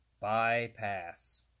Bypass